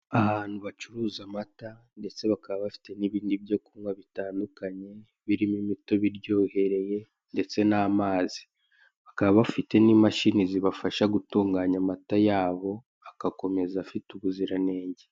Ahantu bacuruza amata ndetse bakaba bafite n'ibindi byo kunywa butandukanye, birimo imitobe iryohereye ndetse n'amazi. Bakaba bafite n'imashini zibafasha gutungabya amata yabo, agakomeza afite ubuziranenge.